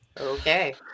Okay